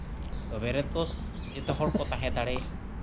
ᱛᱚᱵᱮ ᱨᱮᱛᱚ ᱡᱮᱛᱮ ᱦᱚᱲ ᱠᱚ ᱛᱟᱦᱮᱸ ᱫᱟᱲᱮᱭᱟᱜᱼᱟ